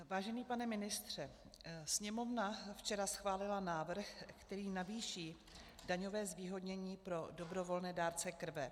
Vážený pane ministře, Sněmovna včera schválila návrh, který navýší daňové zvýhodnění pro dobrovolné dárce krve.